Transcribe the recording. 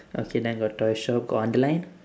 okay then got toy shop got underline